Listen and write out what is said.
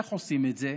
איך עושים את זה?